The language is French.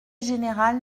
général